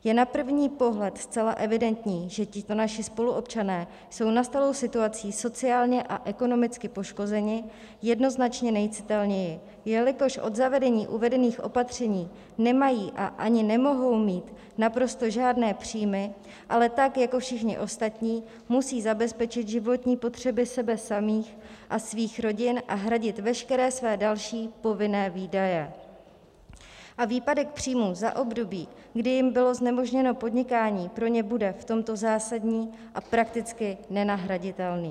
Je na první pohled zcela evidentní, že tito naši spoluobčané jsou nastalou situací sociálně a ekonomicky poškozeni jednoznačně nejcitelněji, jelikož od zavedení uvedených opatření nemají, a ani nemohou mít, naprosto žádné příjmy, ale tak jako všichni ostatní musí zabezpečit životní potřeby sebe samých a svých rodin a hradit veškeré své další povinné výdaje, a výpadek příjmů za období, kdy jim bylo znemožněno podnikání, pro ně bude v tomto zásadní a prakticky nenahraditelný.